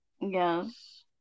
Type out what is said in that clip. Yes